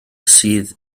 sydd